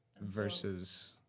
versus